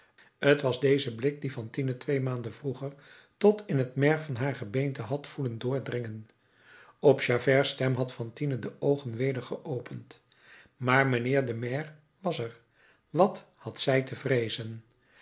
t was deze blik die fantine twee maanden vroeger tot in het merg van haar gebeente had voelen doordringen op javert's stem had fantine de oogen weder geopend maar mijnheer de maire was er wat had zij te vreezen